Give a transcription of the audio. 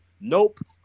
Nope